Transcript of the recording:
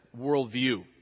worldview